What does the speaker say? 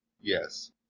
Yes